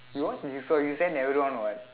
your one you you send everyone what